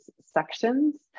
sections